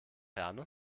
herne